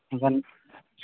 ᱢᱮᱱᱠᱷᱟᱱ